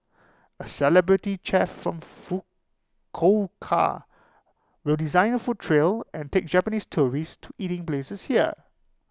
A celebrity chef from Fukuoka will design A food trail and take Japanese tourists to eating places here